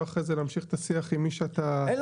אחרי זה להמשיך את השיח עם מי שאתה תסמיך.